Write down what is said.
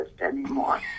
anymore